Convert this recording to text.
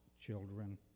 children